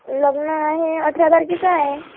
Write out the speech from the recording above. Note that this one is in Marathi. लग्न आहे अठरा तारखेचं आहे